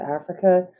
Africa